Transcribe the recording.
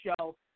show